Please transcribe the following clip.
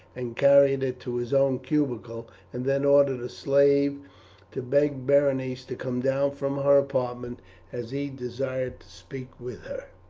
and carried it to his own cubicule, and then ordered a slave to beg berenice to come down from her apartment as he desired to speak with her.